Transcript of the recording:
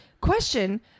Question